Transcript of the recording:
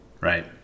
Right